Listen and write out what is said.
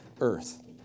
earth